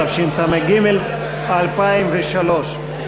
התשס"ג 2003,